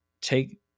take